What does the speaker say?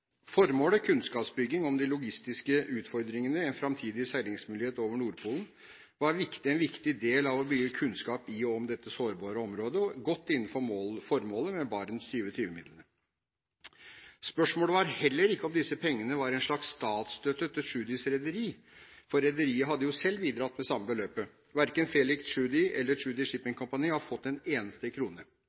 Formålet – kunnskapsbygging om de logistiske utfordringene en framtidig seilingsmulighet over Nordpolen – var en viktig del av å bygge kunnskap i og om dette sårbare området og godt innenfor formålet med Barents 2020-midlene. Spørsmålet var heller ikke om disse pengene var en slags statsstøtte til Tschudis rederi, for rederiet hadde jo selv bidratt med samme beløp. Verken Felix Tschudi eller Tschudi Shipping Company har fått en eneste krone.